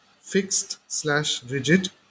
fixed-slash-rigid